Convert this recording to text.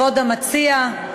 כבוד המציע,